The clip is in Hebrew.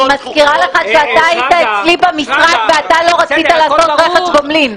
אני מזכירה לך שאתה היית אצלי במשרד ואתה לא רצית לעשות רכש גומלין.